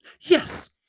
Yes